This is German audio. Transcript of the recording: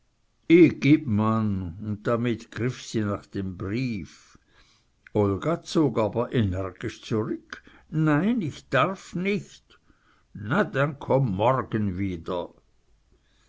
man und damit griff sie nach dem brief olga zog aber energisch zurück nein ich darf nich na denn komme morgen wieder